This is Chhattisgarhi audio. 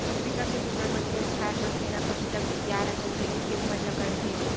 बिकट के किसान मन खेत खार म केरा, पपिता, खुसियार असन जिनिस के उपज ल करत हे